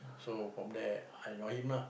so from there I know him lah